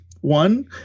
One